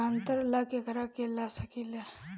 ग्रांतर ला केकरा के ला सकी ले?